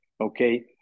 Okay